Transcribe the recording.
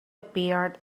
appeared